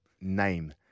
name